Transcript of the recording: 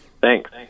Thanks